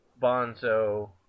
Bonzo